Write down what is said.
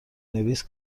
نویس